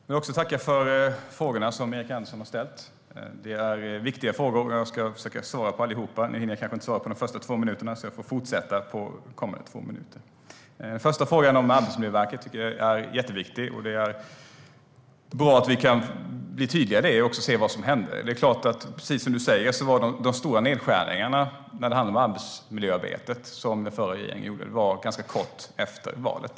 Herr talman! Jag vill också tacka för de frågor som Erik Andersson har ställt. Det är viktiga frågor, och jag ska försöka svara på dem alla. Jag hinner kanske inte på de första två minuterna, så jag får fortsätta i mina kommande två minuter. Den första frågan om Arbetsmiljöverket är mycket viktig. Det är bra att vi kan bli tydliga och titta på vad som hände. De stora nedskärningarna i arbetsmiljöarbetet som den förra regeringen gjorde skedde kort efter valet.